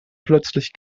plötzlich